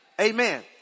Amen